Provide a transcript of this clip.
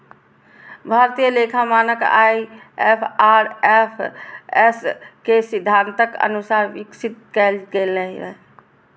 भारतीय लेखा मानक आई.एफ.आर.एस के सिद्धांतक अनुसार विकसित कैल गेल रहै